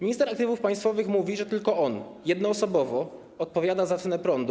Minister aktywów państwowych mówi, że tylko on, jednoosobowo, odpowiada za cenę prądu.